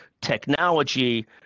technology